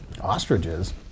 Ostriches